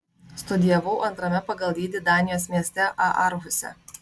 studijavau antrame pagal dydį danijos mieste aarhuse